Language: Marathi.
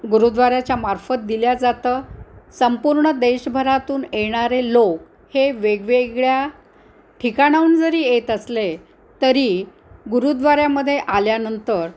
गुरुद्वाऱ्याच्या मार्फत दिल्या जातं संपूर्ण देशभरातून येणारे लोक हे वेगवेगळ्या ठिकाणाहून जरी येत असले तरी गुरुद्वाऱ्यामध्ये आल्यानंतर